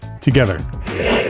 together